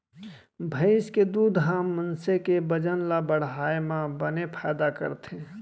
भईंस के दूद ह मनसे के बजन ल बढ़ाए म बने फायदा करथे